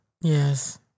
Yes